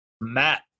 Matt